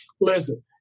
listen